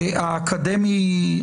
האקדמי,